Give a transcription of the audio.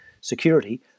security